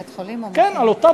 מישהו,